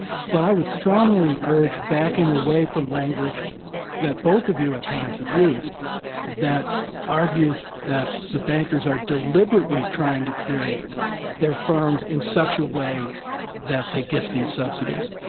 but i would strongly urge backing away from language that both of you at times have used that argues that the bankers are deliberately trying to create their firms in such a way that they get these subsidies.